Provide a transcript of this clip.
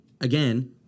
again